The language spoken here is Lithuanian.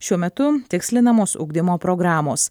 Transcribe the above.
šiuo metu tikslinamos ugdymo programos